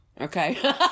okay